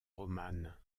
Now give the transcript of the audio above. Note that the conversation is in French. romane